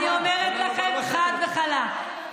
אני אומרת לכם חד וחלק,